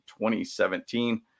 2017